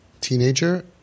teenager